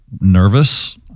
nervous